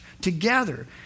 together